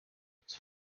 its